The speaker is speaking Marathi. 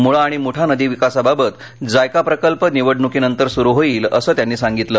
मुळा आणि मुठा नदी विकासाबाबत जायका प्रकल्प निवडणुकीनंतर सुरु होईल असं त्यांनी सांगितलं